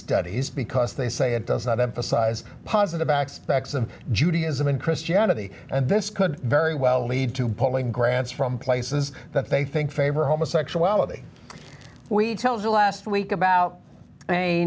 studies because they say it does not emphasize positive back specks of judaism in christianity and this could very well lead to polling grants from places that they think favor homosexuality we told you last week about a